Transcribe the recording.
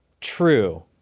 True